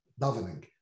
davening